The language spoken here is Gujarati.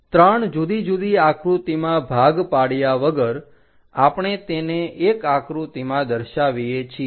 3 જુદી જુદી આકૃતિમાં ભાગ પાડ્યા વગર આપણે તેને એક આકૃતિમાં દર્શાવીએ છીએ